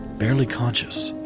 barely conscious.